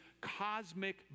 cosmic